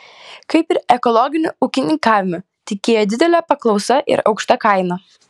kaip ir ekologiniu ūkininkavimu tikėjo didele paklausa ir aukšta kaina